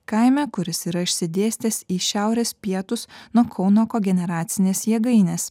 kaime kuris yra išsidėstęs į šiaurės pietus nuo kauno kogeneracinės jėgainės